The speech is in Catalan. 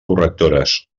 correctores